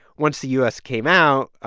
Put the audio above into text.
once the u s. came out,